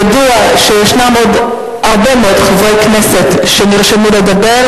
ידוע שישנם עוד הרבה מאוד חברי כנסת שנרשמו לדבר,